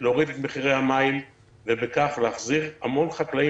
להוריד את מחירי המים ובכך להחזיר המון חקלאים